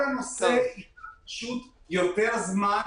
כל הנושא ייקח פשוט יותר זמן.